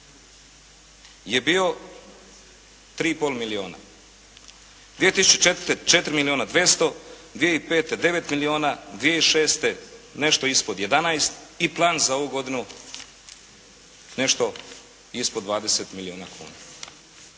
je bio 3 i pol milijuna, 2004. 4 milijuna 200, 2005. 9 milijuna, 2006. nešto ispod 11 i plan za ovu godinu nešto ispod 20 milijuna kuna.